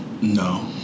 No